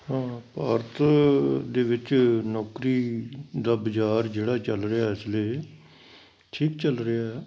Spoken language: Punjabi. ਹਾਂ ਭਾਰਤ ਦੇ ਵਿੱਚ ਨੌਕਰੀ ਦਾ ਬਾਜ਼ਾਰ ਜਿਹੜਾ ਚੱਲ ਰਿਹਾ ਇਸ ਵੇਲੇ ਠੀਕ ਚੱਲ ਰਿਹਾ